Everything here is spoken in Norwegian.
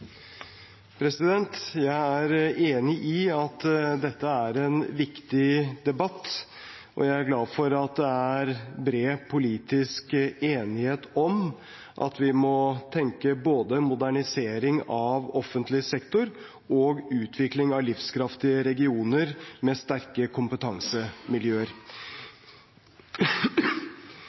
Jeg er enig i at dette er en viktig debatt, og jeg er glad for at det er bred politisk enighet om at vi må tenke både modernisering av offentlig sektor og utvikling av livskraftige regioner med sterke kompetansemiljøer.